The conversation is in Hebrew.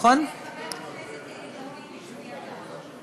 וחבר הכנסת יאיר לפיד הצביע בעד.